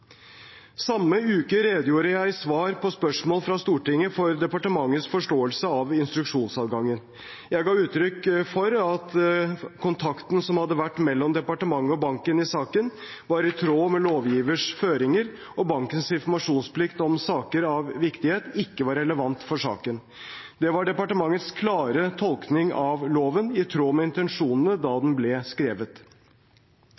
Samme uke redegjorde jeg i svar på spørsmål fra Stortinget for departementets forståelse av instruksjonsadgangen. Jeg ga uttrykk for at kontakten som hadde vært mellom departementet og banken i saken, var i tråd med lovgiverens føringer og bankens informasjonsplikt om saker av viktighet og ikke relevant for saken. Det var departementets klare tolkning av loven, i tråd med intensjonene da